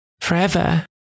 forever